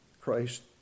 Christ